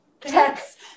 Text